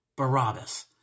Barabbas